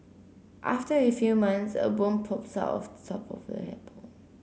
after a few months a worm pops out of the top of the apple